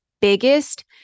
Biggest